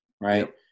Right